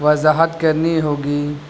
وضاحت کرنی ہوگی